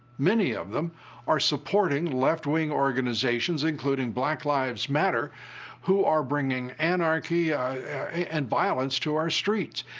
many of them are supporting left-wing organizations including black lives matter who are bringing anarchy and violence to our streets.